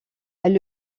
elle